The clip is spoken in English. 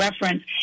reference